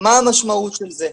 מה המשמעות של זה?